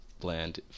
bland